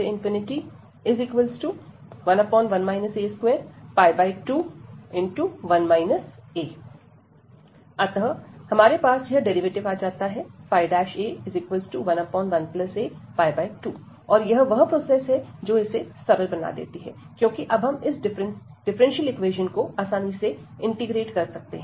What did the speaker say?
011 a22 अतः हमारे पास यह डेरिवेटिव आ जाता है a11a2 और यह वह प्रोसेस है जो इसे सरल बना देती है क्योंकि अब हम इस डिफरेंशियल इक्वेशन को आसानी से इंटीग्रेट कर सकते हैं